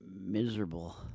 Miserable